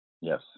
Yes